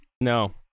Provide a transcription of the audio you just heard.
No